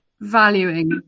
valuing